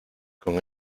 con